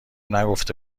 نگفته